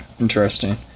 Interesting